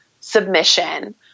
submission